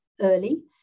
early